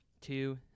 two